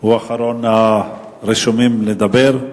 הוא אחרון הרשומים לדבר.